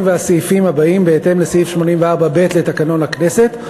והסעיפים הבאים בהתאם לסעיף 84(ב) לתקנון הכנסת.